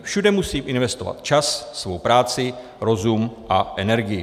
Všude musím investovat čas, svou práci, rozum a energii.